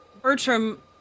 Bertram